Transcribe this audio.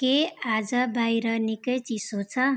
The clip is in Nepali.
के आज बाहिर निकै चिसो छ